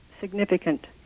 significant